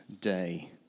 day